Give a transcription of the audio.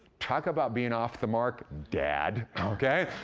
talk about being off-the-mark, dad. okay?